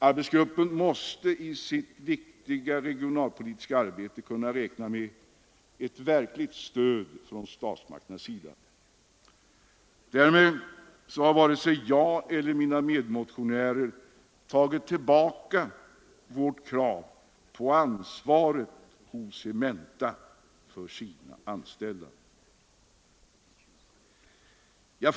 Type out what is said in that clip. Arbetsgruppen måste i sitt viktiga regionalpolitiska arbete kunna räkna med ett verkligt stöd från statsmakternas sida. Därmed har inte vare sig jag eller mina medmotionärer tagit tillbaka vårt krav på ansvar hos Cementa för sina anställda.